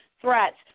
threats